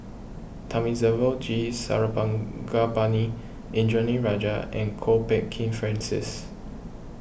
Thamizhavel G Sarangapani Indranee Rajah and Kwok Peng Kin Francis